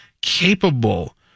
capable